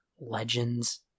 legends